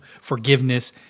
forgiveness